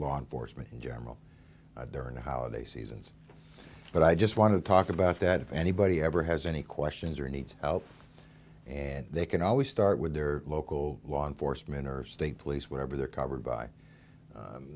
law enforcement in general there are no holiday seasons but i just want to talk about that if anybody ever has any questions or needs help and they can always start with their local law enforcement or state police whatever they're covered by